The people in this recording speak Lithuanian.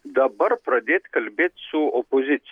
dabar pradėt kalbėt su opozicija